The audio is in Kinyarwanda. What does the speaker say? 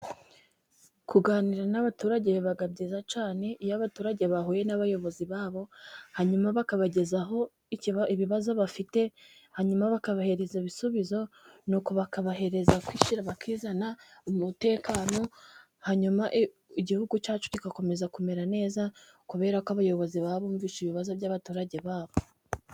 Kuganira n'abaturage biba byiza cyane, iyo abaturage bahuye n'abayobozi babo hanyuma bakabagezaho ibibazo bafite hanyuma bakabahereza ibisubizo, nuko bakabahereza kwishyira bakizana, umutekano, hanyuma igihugu cyacu kigakomeza kumera neza, kubera ko abayobozi baba bumvise ibibazo by'abaturage babo.